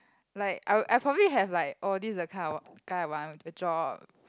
like I I probably have like oh this is the kind of guy I want with a job